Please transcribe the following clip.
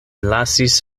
lasis